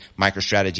MicroStrategy